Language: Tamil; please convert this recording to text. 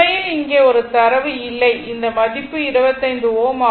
உண்மையில் இங்கே ஒரு தரவு இல்லை இந்த மதிப்பு 25 Ω